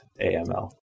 AML